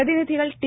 പ്രതിനിധികൾ ടി